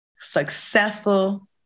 successful